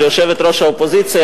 של יושבת-ראש האופוזיציה,